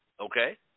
Okay